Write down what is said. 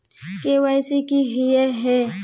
KYC की हिये है?